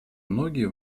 многие